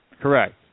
Correct